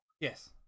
Yes